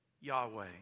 Yahweh